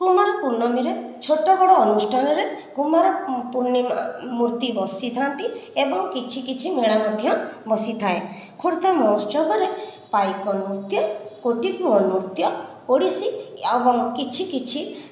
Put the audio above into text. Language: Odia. କୁମାରପୂର୍ଣ୍ଣମୀରେ ଛୋଟ ବଡ଼ ଅନୁଷ୍ଠାନରେ କୁମାରପୂର୍ଣ୍ଣିମା ମୂର୍ତ୍ତି ବସିଥାନ୍ତି ଏବଂ କିଛି କିଛି ମେଳାମଧ୍ୟ ବସିଥାଏ ଖୋର୍ଦ୍ଧା ମହୋତ୍ସବରେ ପାଇକ ନୃତ୍ୟ ଗୋଟିପୁଅ ନୃତ୍ୟ ଓଡ଼ିଶୀ କିଛି କିଛି